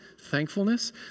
thankfulness